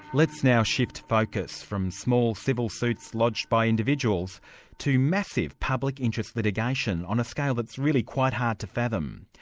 let's now shift focus from small civil suits lodged by individuals to massive public interest litigation on a scale that's really quite hard to fathom.